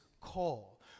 call